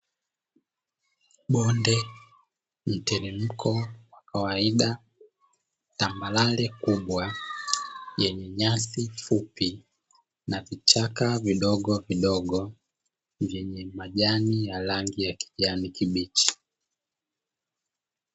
Bonde, mteremko wa kawaida, tambarare kubwa yenye nyasi fupi na vichaka vidogovidogo vyenye majani ya rangi ya kijani kibichi.